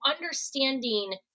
understanding